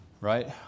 Right